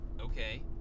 okay